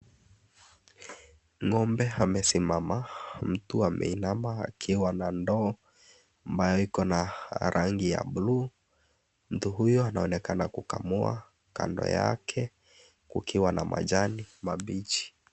Ng'ombe amesimama, mtu ameinama akiwa na ndoo ambaye iko na rangi ya blue , mtu huyo anaonekana kukamua kando yake kukiwa na majani mabichi.